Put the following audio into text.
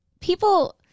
people